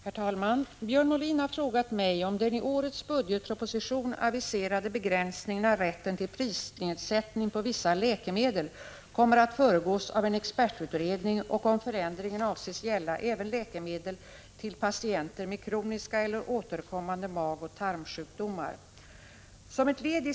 Herr talman! Björn Molin har frågat mig om den i årets budgetproposition aviserade begränsningen av rätten till prisnedsättning på vissa läkemedel kommer att föregås av en expertutredning och om förändringen avses gälla även läkemedel till patienter med kroniska eller återkommande magoch tarmsjukdomar.